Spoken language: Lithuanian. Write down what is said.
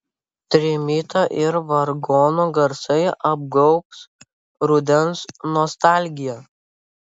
trimito ir vargonų garsai apgaubs rudens nostalgija